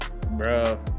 Bro